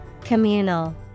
Communal